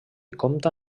compta